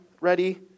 Ready